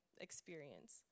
experience